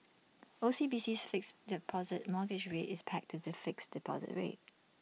OCBC's fixed deposit mortgage rate is pegged to the fixed deposit rate